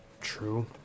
True